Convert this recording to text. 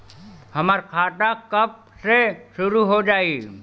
हमार खाता कब से शूरू हो जाई?